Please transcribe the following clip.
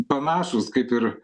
panašūs kaip ir